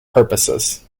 purposes